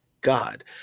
God